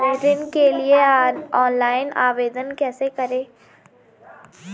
ऋण के लिए ऑनलाइन आवेदन कैसे करें?